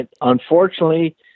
unfortunately